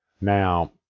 Now